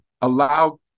allow